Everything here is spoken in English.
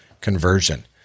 conversion